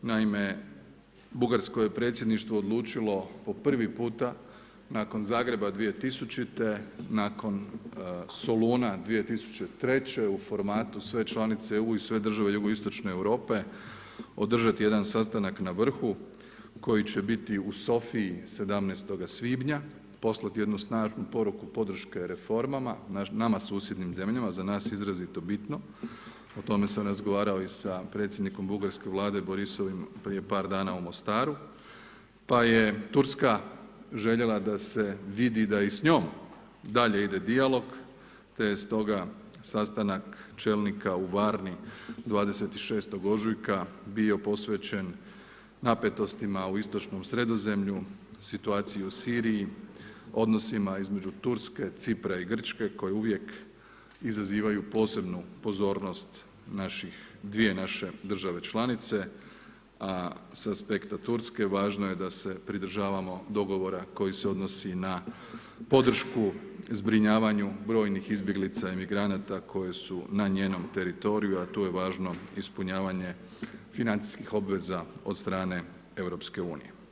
Naime, Bugarskoj je predsjedništvo odlučilo po prvi puta nakon Zagreba 2000., nakon Soluna 2003. u formatu sve članice EU i sve države JI Europe održat jedan sastanak na vrhu koji će biti u Sofiji 17. svibnja, poslati jednu snažnu poruku podrške reformama, nama susjednim zemljama, za nas izrazito bitno, o tome sam razgovarao i sa predsjednikom bugarske vlade Borisovim prije par dana u Mostaru pa je Turska željela da se vidi da i s njom dalje ide dijalog te je stoga sastanak čelnika u Varni 26. ožujka bio posvećen napetostima u Istočnom Sredozemlju, situaciji u Siriji, odnosima između Turske, Cipra i Grčke koje uvijek izazivaju posebnu pozornost dvije naše države članice, a sa aspekta Turske važno je da se pridržavamo dogovora koji se odnosi na podršku zbrinjavanju brojnih izbjeglica, imigranata koje su na njenom teritoriju, a tu je važno ispunjavanje financijskih obveza od strane EU.